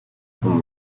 from